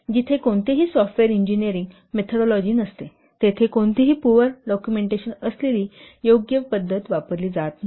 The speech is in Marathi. जिथे कोणतेही सॉफ्टवेअर इंजिनीरिंग मेथोडिलॉजि नसते तेथे कोणतीही पुवर डॉक्युमेंटेशन असलेली योग्य पद्धत वापरली जात नाही